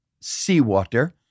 seawater